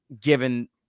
given